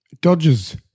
Dodges